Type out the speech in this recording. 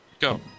Go